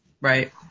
right